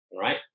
right